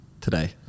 today